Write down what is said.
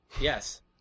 yes